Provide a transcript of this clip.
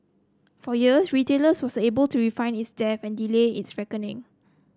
for years retailers was able to refinance its debt and delay is reckoning